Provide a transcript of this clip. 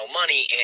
money